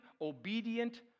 obedient